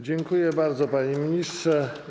Dziękuję bardzo, panie ministrze.